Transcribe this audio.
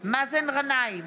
מאזן גנאים,